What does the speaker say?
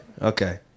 okay